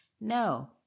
No